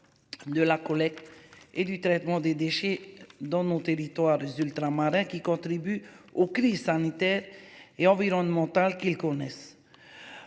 De la collecte et du traitement des déchets dans nos territoires ultramarins qui contribue aux crises sanitaires et environnementales qu'ils connaissent.